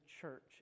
church